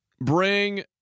Bring